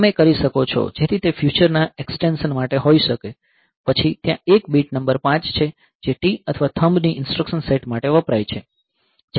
તમે કરી શકો છો જેથી તે ફ્યુચર ના એક્સટેન્શન માટે હોઈ શકે પછી ત્યાં એક બીટ નંબર 5 છે જે T અથવા થંબ ની ઇન્સટ્રકશન સેટ માટે વપરાય છે